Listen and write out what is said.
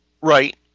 Right